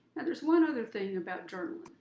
and there's one other thing about